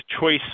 choice